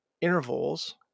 intervals